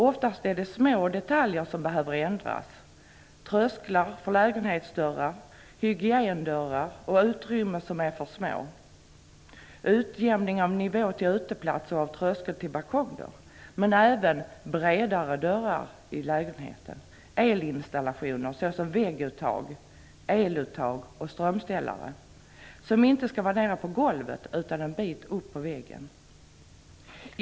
Oftast är det små detaljer som behöver ändras: trösklar för lägenhetsdörrar, hygiendörrar och utrymmen som är för små, utjämning av nivå till uteplats och av tröskel till balkongdörr. Det kan även gälla bredare dörrar och elinstallationer såsom vägguttag, eluttag och strömställare, som inte skall sitta nere vid golvet utan ett stycke upp på väggen.